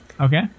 Okay